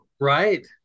Right